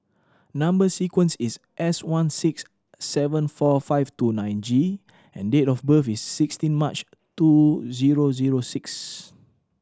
number sequence is S one six seven four five two nine G and date of birth is sixteen March two zero zero six